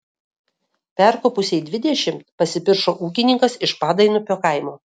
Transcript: perkopusiai dvidešimt pasipiršo ūkininkas iš padainupio kaimo